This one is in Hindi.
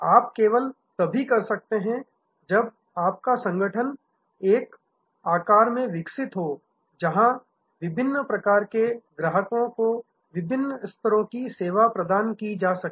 आप केवल तभी कर सकते हैं जब आपका संगठन एक आकार में विकसित हो जहां विभिन्न प्रकार के ग्राहकों को विभिन्न स्तरों की सेवा प्रदान की जा सके